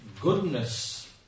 goodness